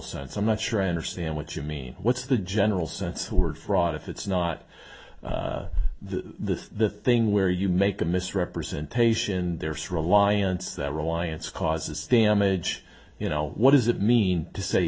sense i'm not sure i understand what you mean what's the general sense the word fraud if it's not the the thing where you make a misrepresentation and there's reliance that reliance causes damage you know what does it mean to say